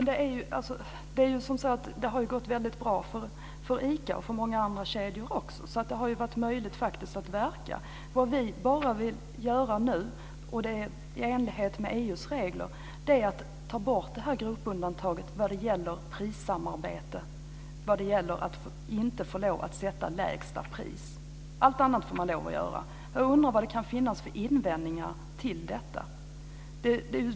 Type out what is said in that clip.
Herr talman! Det har ju gått väldigt bra för ICA och också för många andra kedjor. Så det har faktiskt varit möjligt att verka. Det vi vill göra nu - i enlighet med EU:s regler - är att ta bort det här gruppundantaget vad gäller prissamarbete. Det handlar om att man inte får lov att sätta ett lägsta pris. Allt annat får man lov att göra. Jag undrar vad det kan finnas för invändningar mot detta.